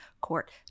Court